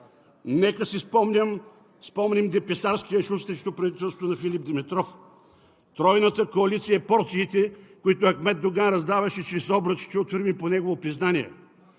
Нека си спомним ДПС-арския шум срещу правителството на Филип Димитров; Тройната коалиция; порциите, които Ахмед Доган раздаваше чрез обръчите от фирми по негово признание;